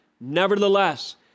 Nevertheless